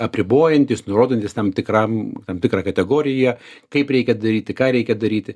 apribojantys nurodantys tam tikram tam tikrą kategoriją kaip reikia daryti ką reikia daryti